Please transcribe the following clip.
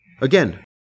Again